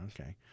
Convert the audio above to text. Okay